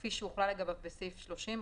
כפי שהוחלה לגביו בסעיף 30,